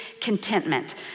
contentment